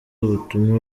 ubutumwa